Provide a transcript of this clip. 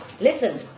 Listen